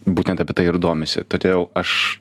būtent apie tai ir domisi todėl aš